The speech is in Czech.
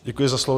Děkuji za slovo.